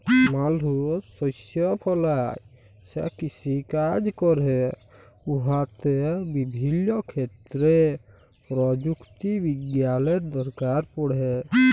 মালুস শস্য ফলাঁয় যে কিষিকাজ ক্যরে উয়াতে বিভিল্য ক্ষেত্রে পরযুক্তি বিজ্ঞালের দরকার পড়ে